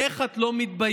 איך את לא מתביישת,